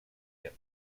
get